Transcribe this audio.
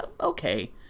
Okay